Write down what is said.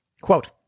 Quote